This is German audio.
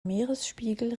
meeresspiegel